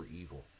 evil